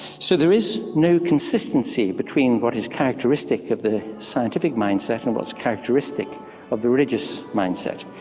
so there is no consistency between what is characteristic of the scientific mindset and what's characteristic of the religious mindset.